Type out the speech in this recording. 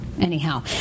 Anyhow